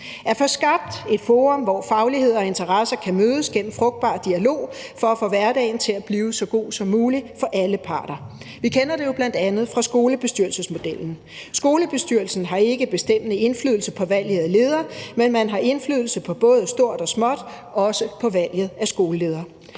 og få skabt et forum, hvor faglighed og interesser kan mødes gennem frugtbar dialog for at få hverdagen til at blive så god som mulig for alle parter. Vi kender det jo bl.a. fra skolebestyrelsesmodellen. Skolebestyrelsen har ikke bestemmende indflydelse på valget af leder, men man har indflydelse på både stort og småt, også på valget af skoleledere.